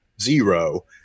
zero